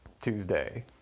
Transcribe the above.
Tuesday